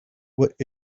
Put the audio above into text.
what